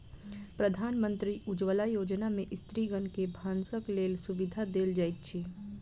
प्रधानमंत्री उज्ज्वला योजना में स्त्रीगण के भानसक लेल सुविधा देल जाइत अछि